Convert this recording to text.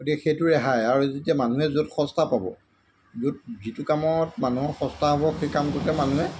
গতিকে সেইটো ৰেহাই আৰু যেতিয়া মানুহে য'ত সস্তা পাব য'ত যিটো কামত মানুহৰ সস্তা হ'ব সেই কামটোতে মানুহে